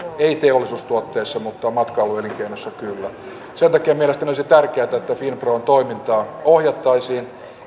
ei teollisuustuotteissa mutta matkailuelinkeinossa kyllä sen takia mielestäni olisi tärkeätä että finpron toimintaa ohjattaisiin